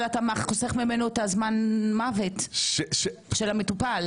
אבל אתה חוסך ממנו את זמן מוות של המטופל,